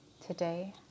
Today